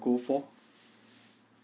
go for